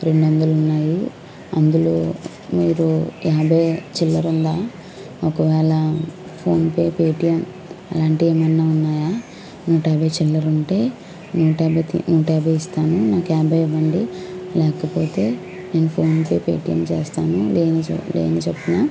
రెండు వందలు ఉన్నాయి అందులో మీరు యాభై చిల్లర ఉందా ఒకవేళ ఫోన్పే పేటియం అలాంటివి ఏమన్న ఉన్నాయా నూట యాభై చిల్లర ఉంటే నూట యాభై నూట యాభై ఇస్తాను నాకు యాభై ఇవ్వండి లేకపోతే నేను ఫోన్పే పేటియం చేస్తాను లేనిచో లేని చొప్పున